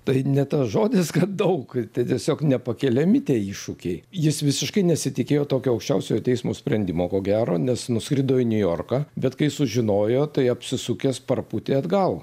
tai ne tas žodis kad daug tai tiesiog nepakeliami tie iššūkiai jis visiškai nesitikėjo tokio aukščiausiojo teismo sprendimo ko gero nes nuskrido į niujorką bet kai sužinojo tai apsisukęs papūtė atgal